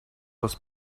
was